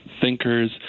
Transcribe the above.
thinkers